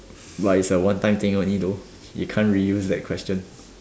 but it's a one time thing only though you can't reuse the question